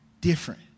Different